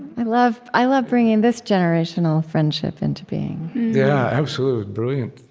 i love i love bringing this generational friendship into being yeah, absolutely brilliant.